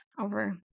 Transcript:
over